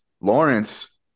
Lawrence